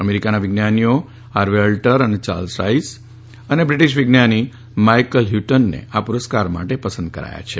અમેરિકાના વિજ્ઞાનીઓ Harvey Alter અને યાર્લ્સ રાઇસ અને બ્રિટીશ વૈજ્ઞાનિક માઇકલ હ્યુટનને નોબલ પુરસ્કાર માટે પસંદ કરવામાં આવ્યા છે